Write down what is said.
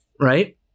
right